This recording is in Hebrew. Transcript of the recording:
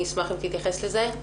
אני אשמח אם תתייחס לזה.